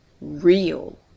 real